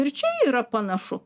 ir čia yra panašu